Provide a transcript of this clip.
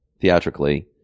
theatrically